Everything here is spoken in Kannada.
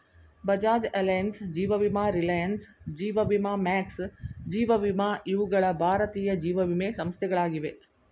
ಬಜಾಜ್ ಅಲೈನ್ಸ್, ಜೀವ ವಿಮಾ ರಿಲಯನ್ಸ್, ಜೀವ ವಿಮಾ ಮ್ಯಾಕ್ಸ್, ಜೀವ ವಿಮಾ ಇವುಗಳ ಭಾರತೀಯ ಜೀವವಿಮೆ ಸಂಸ್ಥೆಗಳಾಗಿವೆ